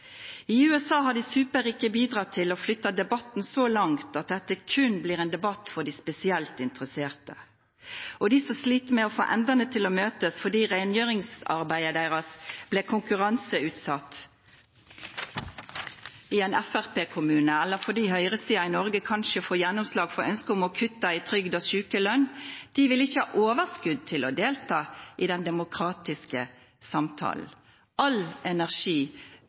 I USA har de «superrike» bidratt til å flytte debatten så langt at dette kun er en debatt for de spesielt interesserte. De som sliter med å få endene til å møtes fordi rengjøringsarbeidet deres ble konkurranseutsatt i en fremskrittspartikommune, eller fordi høyresiden i Norge kanskje får gjennomslag for ønsket om å kutte i trygd og sykelønn, vil ikke ha overskudd til å delta i den demokratiske samtalen. All energi